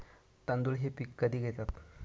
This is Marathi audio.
तांदूळ हे पीक कधी घेतात?